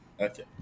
okay